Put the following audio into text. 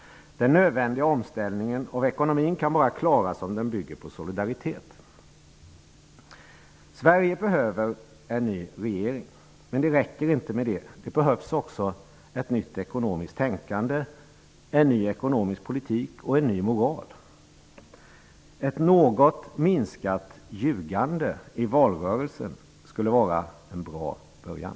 Den nödvändiga omställningen av ekonomin kan bara klaras om den bygger på solidaritet. Sverige behöver en ny regering, men det räcker inte med det. Det behövs också ett nytt ekonomiskt tänkande, en ny ekonomisk politik och en ny moral. Ett något minskat ljugande i valrörelsen skulle vara en bra början.